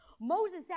Moses